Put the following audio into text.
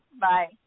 Bye